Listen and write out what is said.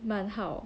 蛮好